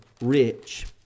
rich